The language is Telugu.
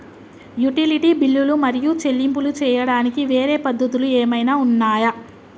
యుటిలిటీ బిల్లులు మరియు చెల్లింపులు చేయడానికి వేరే పద్ధతులు ఏమైనా ఉన్నాయా?